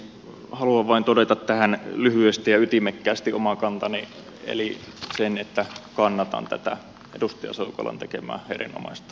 haluan vain todeta tähän lyhyesti ja ytimekkäästi oman kantani eli sen että kannatan tätä edustaja soukolan tekemää erinomaista lakialoitetta